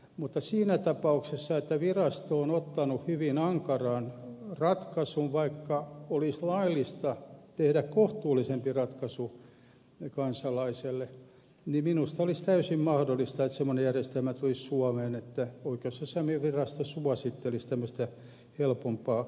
mutta siinä tapauksessa että virasto on tehnyt hyvin ankaran ratkaisun vaikka olisi laillista tehdä kohtuullisempi ratkaisu kansalaiselle niin minusta olisi täysin mahdollista että semmoinen järjestelmä tulisi suomeen että oikeusasiamiesvirasto suosittelisi kansalaiselle helpompaa ratkaisua